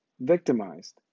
victimized